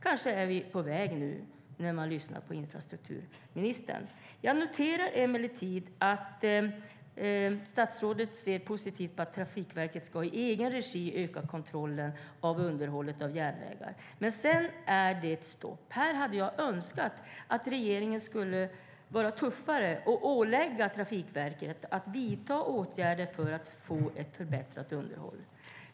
Kanske är vi på väg nu - det kan man fundera över när man lyssnar på infrastrukturministern. Jag noterar emellertid att statsrådet ser positivt på att Trafikverket i egen regi ska öka kontrollen av underhållet av järnvägar. Men sedan är det stopp. Här hade jag önskat att regeringen skulle vara tuffare och ålägga Trafikverket att vidta åtgärder för att få ett förbättrat underhåll.